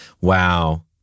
Wow